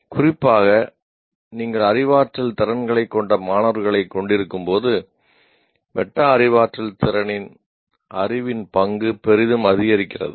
குறிப்பாக நீங்கள் அறிவாற்றல் திறன்களைக் கொண்ட மாணவர்களைக் கொண்டிருக்கும்போது மெட்டா அறிவாற்றல் அறிவின் பங்கு பெரிதும் அதிகரிக்கிறது